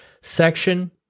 section